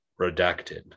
Redacted